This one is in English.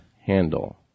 handle